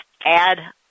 add